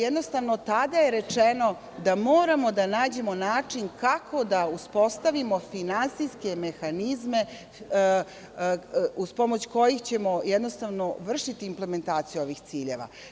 Jednostavno tada je rečeno da moramo da nađemo način kako da uspostavimo finansijske mehanizme uz pomoć kojih ćemo, jednostavno vršiti implementaciju ovih ciljeva.